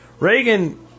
Reagan